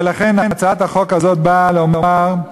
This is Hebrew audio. ולכן הצעת החוק הזאת באה לומר,